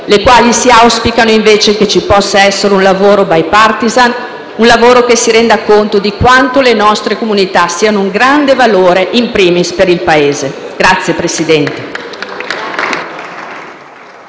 le quali auspicano, invece, che ci possa essere un lavoro bipartisan, che si renda conto di quanto le nostre comunità siano un grande valore, *in primis* per il Paese. *(Applausi